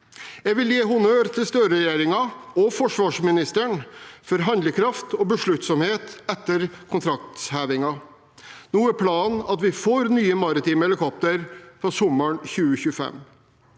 Jeg vil gi honnør til Støreregjeringen og forsvarsministeren for handlekraft og besluttsomhet etter kontraktshevingen. Nå er planen at vi får nye maritime helikopter fra sommeren 2025.